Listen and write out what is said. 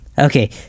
okay